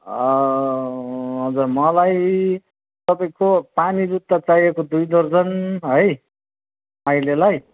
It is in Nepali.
हजुर मलाई तपाईँको पानी जुत्ता चाहिएको दुई दर्जन है अहिलेलाई